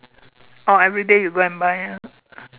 oh everyday you go and buy ah